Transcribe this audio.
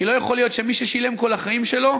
כי לא יכול להיות שמי ששילם כל החיים שלו,